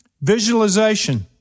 Visualization